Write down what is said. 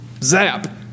Zap